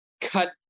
cut